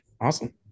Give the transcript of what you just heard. awesome